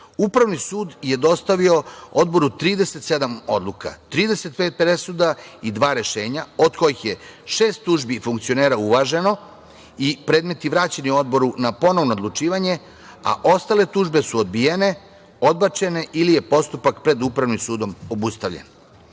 Upravni sud je dostavio Odboru 37 odluka, 35 presuda i dva rešenja, od kojih je šest službi funkcionera uvaženo i predmeti vraćeni Odboru na ponovno odlučivanje, a ostale službe su odbijene, odbačene ili je postupak pred Upravnim sudom obustavljen. Budući